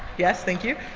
yes. thank you.